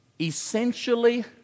essentially